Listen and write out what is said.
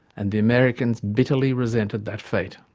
and the americans bitterly resented that fate.